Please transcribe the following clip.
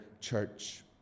church